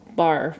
bar